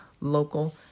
local